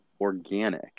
organic